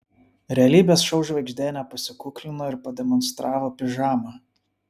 realybės šou žvaigždė nepasikuklino ir pademonstravo pižamą